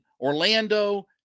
Orlando